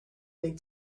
big